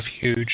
huge